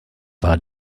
war